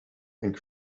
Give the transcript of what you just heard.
and